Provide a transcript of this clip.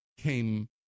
Came